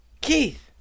Keith